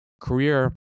career